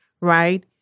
right